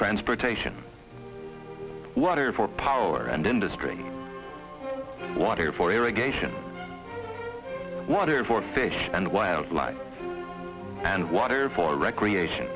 transportation water for power and industry water for irrigation water for fish and wildlife and water for recreation